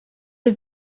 had